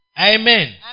Amen